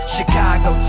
Chicago